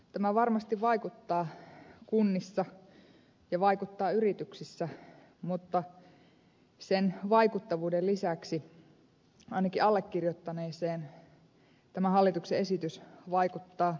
tämä varmasti vaikuttaa kunnissa ja vaikuttaa yrityksissä mutta sen vaikuttavuuden lisäksi ainakin allekirjoittaneeseen tämä hallituksen esitys vaikuttaa huolestuttavalla tavalla